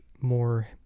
more